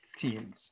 teams